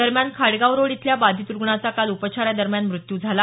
दरम्यान खाडगाव रोड इथल्या बाधित रुग्णाचा काल उपचारादरम्यान मृत्यू झाला